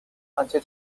until